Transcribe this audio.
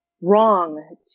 wrong